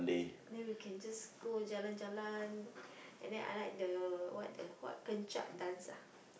then we can just go jalan-jalan and then I like the what the what Kecak dance ah